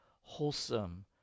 wholesome